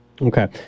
Okay